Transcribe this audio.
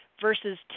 versus